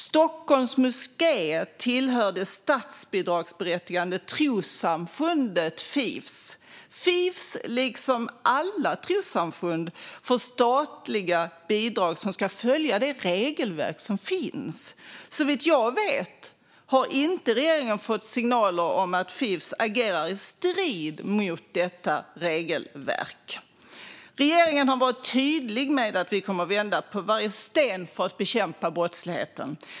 Stockholms moské tillhör det statsbidragsberättigade trossamfundet Fifs. Fifs, liksom alla trossamfund som får statliga bidrag, ska följa det regelverk som finns. Såvitt jag vet har regeringen inte fått några signaler om att Fifs agerar i strid med regelverket. Regeringen har varit tydlig med att vi kommer att vända på varje sten för att bekämpa brottsligheten.